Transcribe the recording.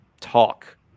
talk